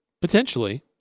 Potentially